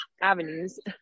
avenues